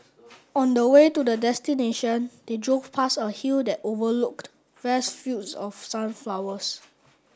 on the way to the destination they drove past a hill that overlooked vast fields of sunflowers